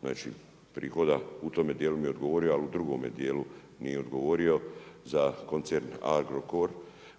Znači prihoda u tom dijelu mi je odgovorio, ali u drugome dijelu nije odgovorio za koncern Agrokor